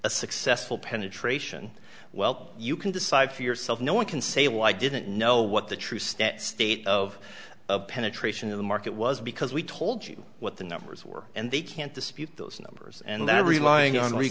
a successful penetration well you can decide for yourself no one can say well i didn't know what the true stat state of of penetration of the market was because we told you what the numbers were and they can't dispute those numbers and they're relying on